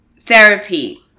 therapy